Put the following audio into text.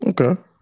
Okay